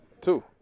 Two